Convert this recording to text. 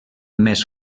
més